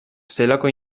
zelako